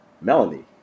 Melanie